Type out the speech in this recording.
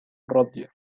rodgers